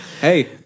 Hey